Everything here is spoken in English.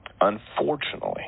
Unfortunately